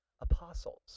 apostles